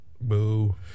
Boo